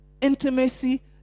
intimacy